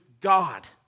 God